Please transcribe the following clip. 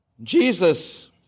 Jesus